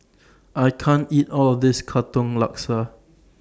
I can't eat All of This Katong Laksa